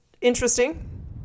interesting